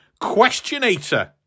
Questionator